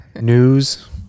News